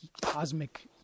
cosmic